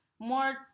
more